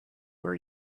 where